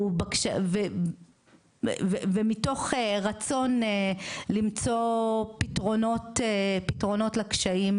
ומתוך רצון למצוא פתרונות לקשיים